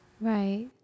right